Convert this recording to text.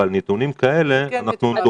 ועם נתונים כאלה אנחנו דוחים ועוד דוחים ועוד דוחים.